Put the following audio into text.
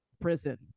prison